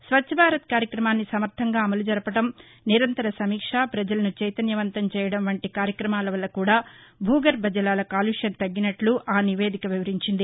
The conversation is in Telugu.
స్వచ్చ్ భారత్ కార్యక్రమాన్ని సమర్దంగా అమలు జరపడం నిరంతర సమీక్ష ప్రజలను చైతన్యవంతం చేయడం వంటి కార్యక్రమాల వల్ల కూడా భూగర్బ జలాల కాలుష్యం తగ్గినట్లు ఆ నివేదిక వివరించింది